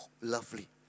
lovely